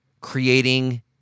creating